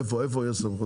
איפה יש סמכות?